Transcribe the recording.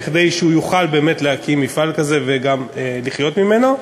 כדי שהוא יוכל באמת להקים מפעל כזה וגם לחיות ממנו.